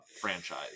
franchise